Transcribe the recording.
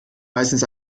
meistens